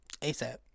ASAP